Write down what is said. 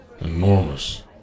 enormous